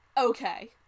Okay